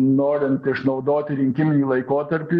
norint išnaudoti rinkiminį laikotarpį